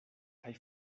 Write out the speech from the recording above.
kaj